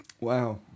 Wow